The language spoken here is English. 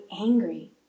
angry